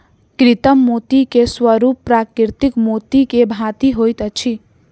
कृत्रिम मोती के स्वरूप प्राकृतिक मोती के भांति होइत अछि